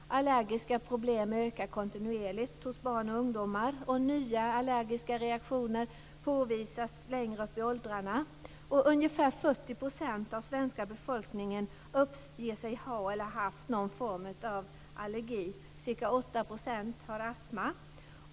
De allergiska problemen ökar kontinuerligt hos barn och ungdomar, och nya allergiska reaktioner påvisas längre upp i åldrarna. Ungefär 40 % av svenska befolkningen uppger sig ha eller ha haft någon form av allergi. Ca 8 % har astma.